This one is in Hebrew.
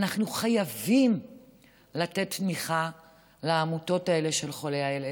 אנחנו חייבים לתת תמיכה לעמותות האלה של חולי ה-ALS.